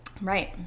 Right